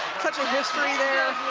such a history there,